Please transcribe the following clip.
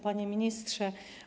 Panie Ministrze!